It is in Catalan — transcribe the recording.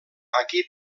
aquí